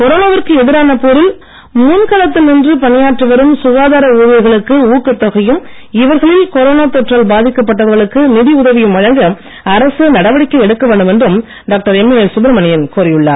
கொரோனாவிற்கு எதிரான போரில் முன்களத்தில் நின்று பணியாற்றி வரும் சுகாதார ஊழியர்களுக்கு ஊக்கத் தொகையும் இவர்களில் கொரோனா தொற்றால் பாதிக்கப்பட்டவர்களுக்கு நிதி உதவியும் வழங்க அரசு நடவடிக்கை எடுக்க வேண்டும் என்றும் டாக்டர் எம்ஏஎஸ் சுப்ரமணியன் கோரியுள்ளார்